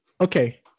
okay